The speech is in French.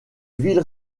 ville